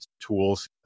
tools